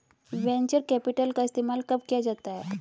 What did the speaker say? Venture capital का इस्तेमाल कब किया जाता है?